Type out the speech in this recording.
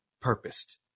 purposed